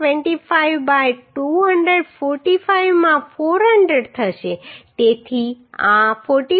25 by 245 માં 400 થશે તેથી આ 45